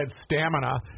stamina